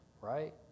right